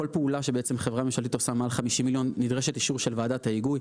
על פעולה שחברה ממשלתית עושה מעל 50 מיליון נדרש אישור של ועדת ההיגוי.